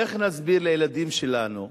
איך נסביר לילדים שלנו,